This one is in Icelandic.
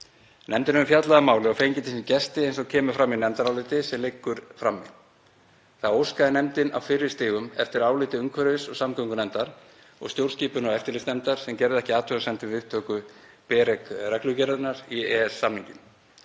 hefur fjallað um málið og fengið til sín gesti, eins og kemur fram í nefndaráliti sem liggur frammi. Þá óskaði nefndin á fyrri stigum eftir áliti umhverfis- og samgöngunefndar og stjórnskipunar- og eftirlitsnefndar sem gerðu ekki athugasemdir við upptöku BEREC-reglugerðirnar í EES-samninginn.